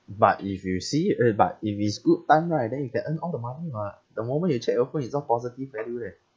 but if you see uh but if it's good time right then you can earn all the money [what] the moment you check your phone it's all positive value leh